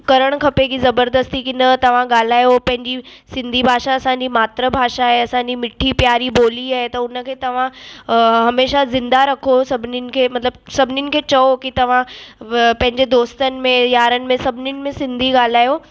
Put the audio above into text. करणु खपे की ज़बरदस्ती की न तव्हां ॻाल्हायो पंहिंजी सिंधी भाषा असांजी मातृ भाषा आहे असांजी मिठी प्यारी ॿोली आहे त उनखें तव्हां अ हमेशा ज़िंदा रखो सभिनिनि खे मतलबु सभिनिनि खे चओ की तव्हां पंहिंजे दोस्तनि में पंहिंजे यारनि में सभिनिनि में सिंधी ॻाल्हायो